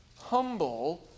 humble